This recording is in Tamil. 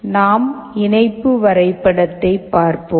நாம் இணைப்பு வரைபடத்தைப் பார்ப்போம்